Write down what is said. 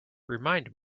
remind